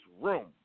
room